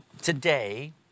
today